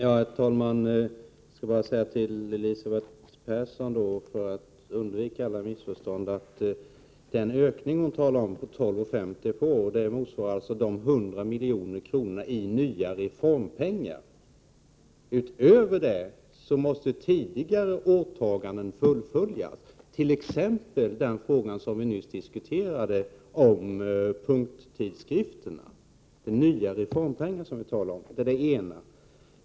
Herr talman! För att undvika alla missförstånd skall jag bara säga till Elisabeth Persson att en ökning på 12 kr. och 50 öre per år alltså motsvarar 100 milj.kr. ytterligare i reformpengar. Utöver detta måste tidigare åtaganden fullföljas, t.ex. det vi nyss diskuterade om punkttidskrifterna. Vi talar om ytterligare reformpengar. Det var det ena jag ville säga.